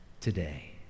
today